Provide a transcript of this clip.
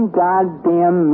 goddamn